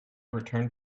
returned